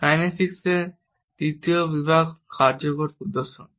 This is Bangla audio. কাইনেসিক্সের তৃতীয় বিভাগ হল কার্যকর প্রদর্শন